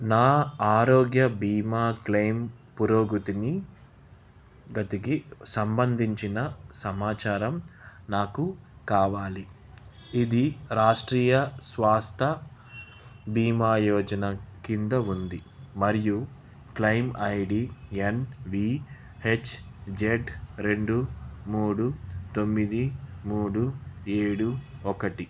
నా ఆరోగ్య బీమా క్లెయిమ్ పురోగతిని గతికి సంబంధించిన సమాచారం నాకు కావాలి ఇది రాష్ట్రీయ స్వాస్థ్య బీమా యోజన కింద ఉంది మరియు claim I D N V H Z రెండు మూడు తొమ్మిది మూడు ఏడు ఒకటి